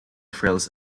frills